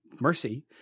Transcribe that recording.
mercy